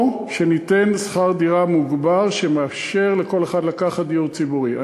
או שכר דירה מוגבר שמאפשר לכל אחד לקחת דיור ציבורי.